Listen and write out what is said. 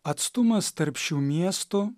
atstumas tarp šių miestų